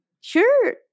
Sure